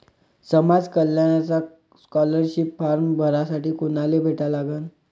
समाज कल्याणचा scholarship form भरासाठी कुनाले भेटा लागन?